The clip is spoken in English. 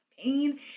pain